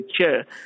chair